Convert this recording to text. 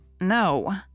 No